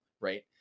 right